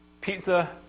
pizza